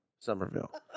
Somerville